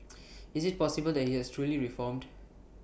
is IT possible that he has truly reformed